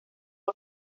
por